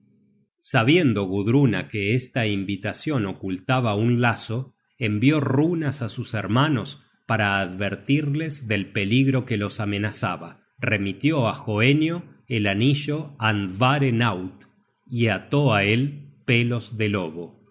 sabiendo gudruna que esta invitacion ocultaba un lazo envió runas á sus hermanos para advertirles del peligro que los amenazaba remitió á hoenio el anillo andyare naut y ató á el pelos de lobo